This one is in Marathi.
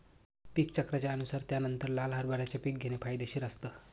पीक चक्राच्या अनुसार त्यानंतर लाल हरभऱ्याचे पीक घेणे फायदेशीर असतं